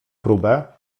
próbę